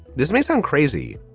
this may sound crazy,